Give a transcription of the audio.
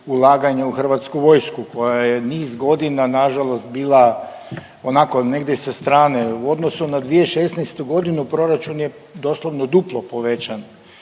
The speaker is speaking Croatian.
ulaganja u Hrvatsku vojsku koja je niz godina nažalost bila onako negdje sa strane. U odnosu na 2016. godinu proračun je doslovno duplo povećan